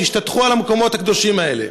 תשתטחו על המקומות הקדושים האלה.